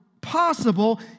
possible